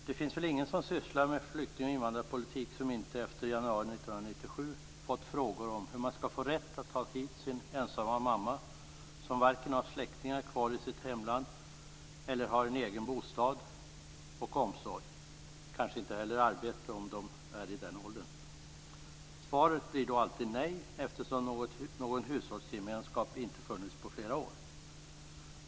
Det finns väl ingen som sysslar med flykting och invandrarpolitik som inte efter januari 1997 fått frågor om hur man skall få rätt att ta hit sin ensamma mamma som varken har släktingar kvar i sitt hemland eller har egen bostad och omsorg, och kanske inte heller arbete om hon är i den åldern. Svaret blir då alltid nej, eftersom någon hushållsgemenskap inte funnits på flera år.